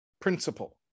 principle